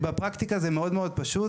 בפרקטיקה זה מאוד מאוד פשוט.